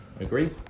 Agreed